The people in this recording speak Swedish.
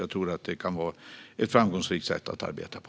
Jag tror att detta kan vara ett framgångsrikt sätt att arbeta på.